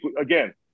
again